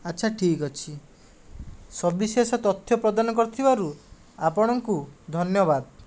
ଆଚ୍ଛା ଠିକ ଅଛି ସର୍ଭିସେସ୍ ର ତଥ୍ୟ ପ୍ରଦାନ କରିଥିବାରୁ ଆପଣଙ୍କୁ ଧନ୍ୟବାଦ